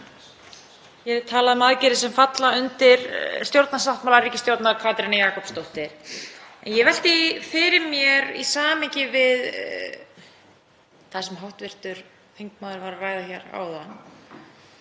er talað um aðgerðir sem falla undir stjórnarsáttmála ríkisstjórnar Katrínar Jakobsdóttur. Ég velti því fyrir mér í samhengi við það sem hv. þingmaður var að ræða hér áðan,